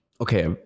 Okay